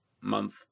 month